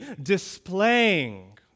displaying